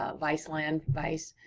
ah viceland, vice,